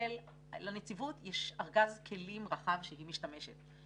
לנציבות יש ארגז כלים רחב שהיא משתמשת בו.